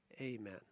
Amen